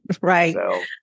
Right